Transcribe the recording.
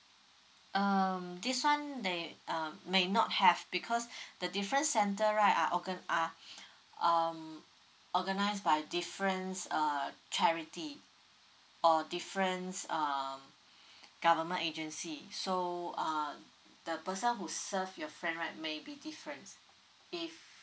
um this one they uh may not have because the different center right are organ are um organise five difference err charity or difference err government agency so err the person who serve your friend right maybe difference if